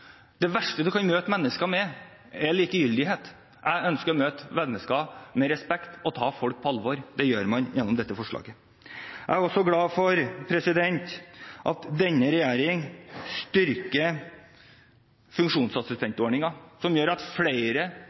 Det verste man kan møte mennesker med, er likegyldighet. Jeg ønsker å møte mennesker med respekt og ta folk på alvor. Det gjør man gjennom dette forslaget. Jeg er også glad for at denne regjeringen styrker funksjonsassistentordningen, som gjør at flere